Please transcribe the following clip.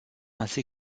ainsi